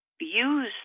use